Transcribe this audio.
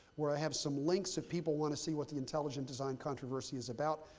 where i have some links, if people want to see what the intelligent design controversy is about.